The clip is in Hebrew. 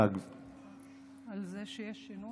זה בסדר.